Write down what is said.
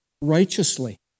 righteously